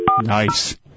Nice